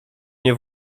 nie